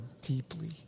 deeply